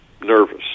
nervous